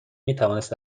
میتوانست